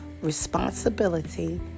responsibility